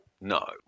no